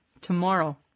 tomorrow